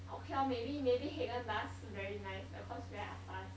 okay lor maybe maybe Haagen Dazs very nice cause very atas